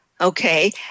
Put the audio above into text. Okay